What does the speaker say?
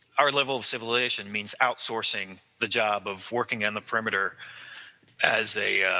our level of civilization means outsourcing the job of working in the perimeter as a